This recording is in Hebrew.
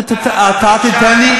אתה תיתן לי,